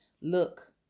look